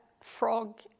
frog